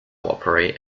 operate